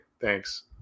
Thanks